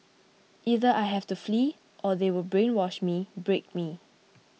either I have to flee or they will brainwash me break me